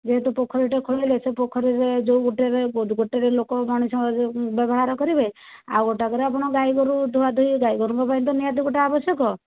ଯେହେତୁ ପୋଖୋରୀଟିଏ ଖୋଳେଇଲେ ସେ ପୋଖରୀରେ ଯେଉଁ ଗୋଟିଏରେ ଗୋଟିଏରେ ଲୋକ ମଣିଷ ବ୍ୟବହାର କରିବେ ଆଉ ଗୋଟାକରେ ଆପଣ ଗାଈଗୋରୁ ଧୂଆଧୋଇ ଗାଈଗୋରୁଙ୍କ ପାଇଁ ନିହାତି ଗୋଟେ ଆବଶ୍ୟକ